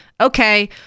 Okay